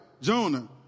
Jonah